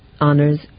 honors